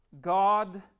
God